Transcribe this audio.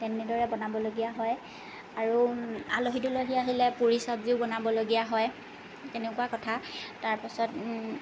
তেনেদৰে বনাবলগীয়া হয় আৰু আলহী দুলহী আহিলে পুৰি চব্জিও বনাবলগীয়া হয় তেনেকুৱা কথা তাৰ পাছত